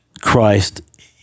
Christ